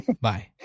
Bye